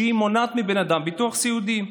שהיא מונעת מבן אדם ביטוח סיעודי.